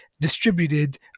distributed